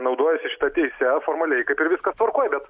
naudojasi šita teise formaliai kaip ir viskas tvarkoj bet